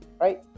right